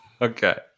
Okay